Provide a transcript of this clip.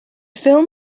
film